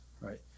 Right